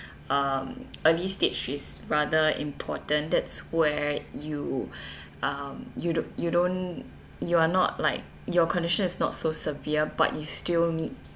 um early stage is rather important that's where you um you don't you don't you are not like your condition is not so severe but you still need